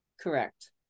correct